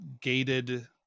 gated